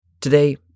today